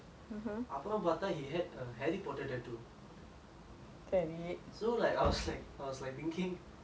so like I was like I was like thinking I mean like my perception of him change lah in the sense that